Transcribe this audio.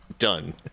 done